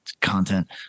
content